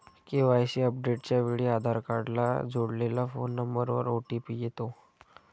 KYC अपडेटच्या वेळी आधार कार्डला जोडलेल्या फोन नंबरवर ओ.टी.पी येतो